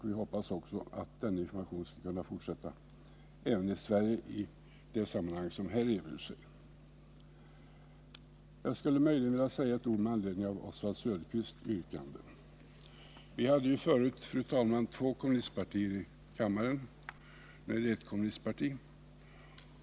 Vi hoppas att denna information skall kunna fortsätta även i Sverige i de sammanhang som här erbjuder sig. Fru talman! Jag skulle möjligen vilja säga några ord med anledning av Oswald Söderqvists yrkande. Vi hade förut två kommunistpartier i kammaren. Nu är det ett kommunistparti.